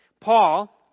Paul